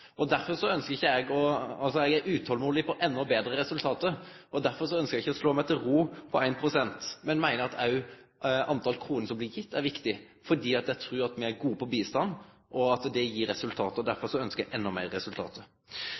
og derfor ønskjer eg ikkje å slå meg til ro med 1 pst. Eg meiner òg at talet på kroner som blir gitt, er viktig, fordi eg trur at me er gode på bistand, og at det gir resultat. Derfor ønskjer eg endå